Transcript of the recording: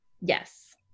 Yes